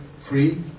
free